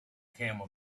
camel